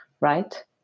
right